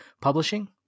publishing